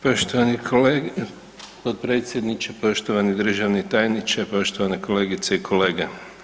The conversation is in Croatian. Poštovani potpredsjedniče, poštovani državni tajniče, poštovane kolegice i kolege.